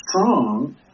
strong